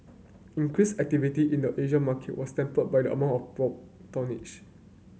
increased activity in the Asian market was tempered by the amount of prompt tonnage